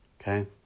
Okay